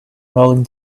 rolling